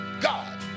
God